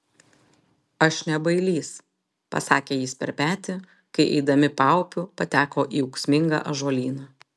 aš ne bailys pasakė jis per petį kai eidami paupiu pateko į ūksmingą ąžuolyną